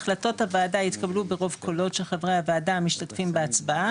החלטות הוועדה יתקבלו ברוב קולות של חברי הוועדה המשתתפים בהצעה.